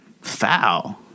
foul